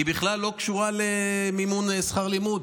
היא בכלל לא קשורה למימון שכר לימוד.